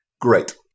Great